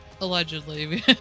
Allegedly